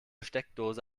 steckdose